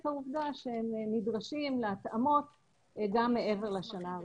העובדה שהם נדרשים להתאמות גם מעבר לשנה הראשונה.